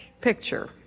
picture